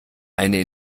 eine